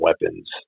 weapons